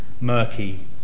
murky